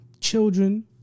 children